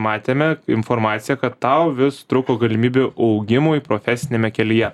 matėme informaciją kad tau vis trūko galimybių augimui profesiniame kelyje